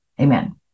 Amen